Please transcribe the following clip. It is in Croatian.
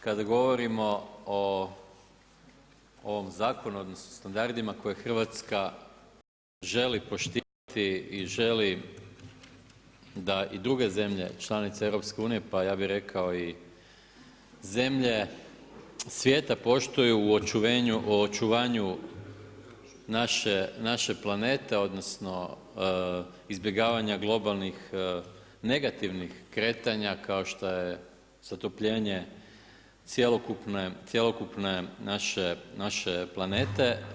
Kada govorimo o ovom zakonu, odnosno o standardima koje Hrvatska želi poštivati i želi da i druge zemlje članice EU, pa ja bih rekao i zemlje svijeta poštuju u očuvanju naše planete, odnosno izbjegavanja globalnih negativnih kretanja kao što je zatopljenje cjelokupne naše planete.